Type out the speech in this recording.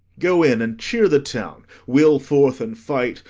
go in, and cheer the town we'll forth, and fight,